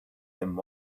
them